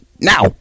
now